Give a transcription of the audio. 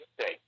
state